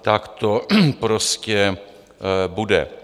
Tak to prostě bude.